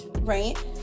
right